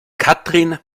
katrin